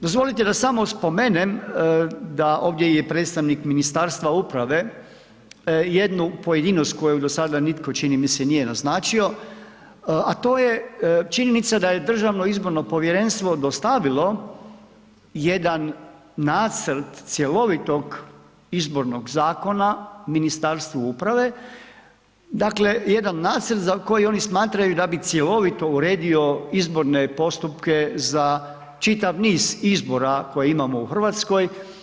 Dozvolite da samo spomenem, da ovdje je i predstavnik Ministarstva uprave jednu pojedinost koju do sada nitko čini mi se nije naznačio, a to je činjenica da je Državno izborno povjerenstvo dostavilo jedan nacrt cjelovitog izbornog zakona Ministarstvu uprave, dakle jedan nacrt za koji oni smatraju da bi cjelovito uredio izborne postupke za čitav niz izbora koje imamo u Hrvatskoj.